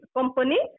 Company